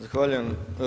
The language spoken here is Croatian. Zahvaljujem.